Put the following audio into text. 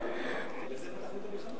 בגלל זה פתחנו במלחמה.